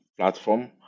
platform